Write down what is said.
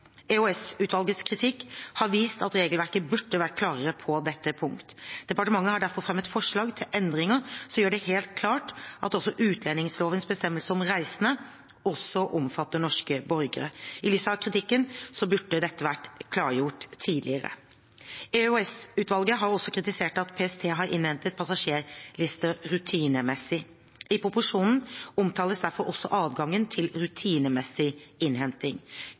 kritikk har vist at regelverket burde vært klarere på dette punktet. Departementet har derfor fremmet forslag til endringer som gjør det helt klart at utlendingslovens bestemmelser om reisende også omfatter norske borgere. I lys av kritikken burde dette vært klargjort tidligere. EOS-utvalget har også kritisert at PST har innhentet passasjerlister rutinemessig. I proposisjonen omtales derfor også adgangen til rutinemessig innhenting.